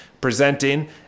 presenting